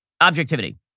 objectivity